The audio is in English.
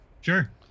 Sure